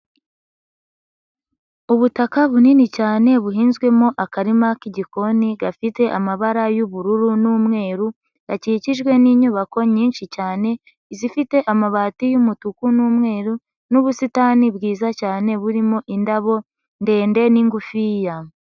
Ubutaka bunini cyane buhinzwemo akarima k'igikoni, gafite amabara y'ubururu n'umweru, gakikijwe n'inyubako nyinshi cyane, izifite amabati y'umutuku n'umweru n'ubusitani bwiza cyane, burimo indabo, ndende n'ingufiya.